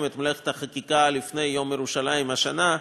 את מלאכת החקיקה לפני יום ירושלים השנה,